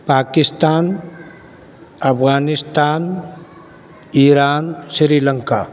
Pakistan Afghanistan Iran Sri Lanka